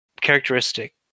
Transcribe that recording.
characteristic